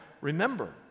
remember